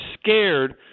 scared